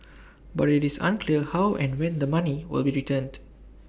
but IT is unclear how and when the money will be returned